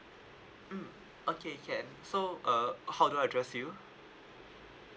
mm okay can so uh how do I address you